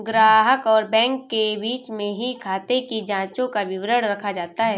ग्राहक और बैंक के बीच में ही खाते की जांचों का विवरण रखा जाता है